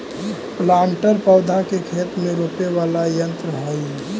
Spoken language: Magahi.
प्लांटर पौधा के खेत में रोपे वाला यन्त्र हई